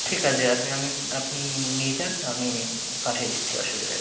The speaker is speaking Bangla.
ঠিক আছে আপনি আমি আপনি নিয়ে যান আমি পাঠিয়ে দিচ্ছি অসুবিধা নেই